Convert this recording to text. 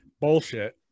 Bullshit